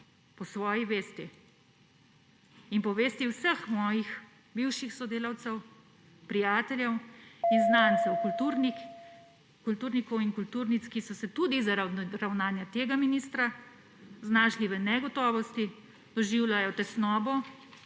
Po svoji vesti in po vesti vseh mojih bivših sodelavcev, prijateljev in znancev, kulturnikov in kulturnic, ki so se tudi zaradi ravnanja tega ministra znašli v negotovosti, doživljajo tesnobo,